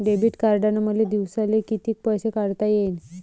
Debit कार्डनं मले दिवसाले कितीक पैसे काढता येईन?